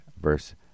verse